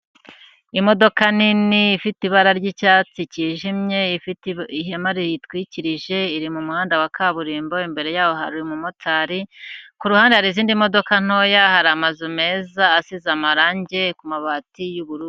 Imodoka nini ifite ibara ry'icyatsi cyijimye, ifite ihema riyitwikirije, iri mu muhanda wa kaburimbo, imbere yaho hari umumotari, ku ruhande hari izindi modoka ntoya, hari amazu meza asize amarangi ku mabati y'ubururu.